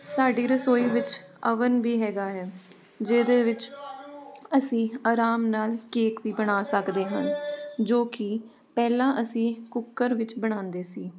ਸਾਡੀ ਰਸੋਈ ਵਿੱਚ ਅਵਨ ਵੀ ਹੈਗਾ ਹੈ ਜਿਹਦੇ ਵਿੱਚ ਅਸੀਂ ਆਰਾਮ ਨਾਲ ਕੇਕ ਵੀ ਬਣਾ ਸਕਦੇ ਹਾਂ ਜੋ ਕਿ ਪਹਿਲਾਂ ਅਸੀਂ ਕੁੱਕਰ ਵਿੱਚ ਬਣਾਉਂਦੇ ਸੀ